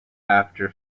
after